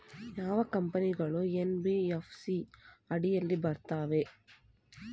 ಯಾವ ಕಂಪನಿಗಳು ಎನ್.ಬಿ.ಎಫ್.ಸಿ ಅಡಿಯಲ್ಲಿ ಬರುತ್ತವೆ?